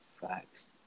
Facts